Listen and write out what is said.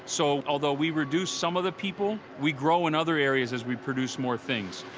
so, although we reduce some of the people, we grow in other areas as we produce more things.